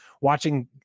Watching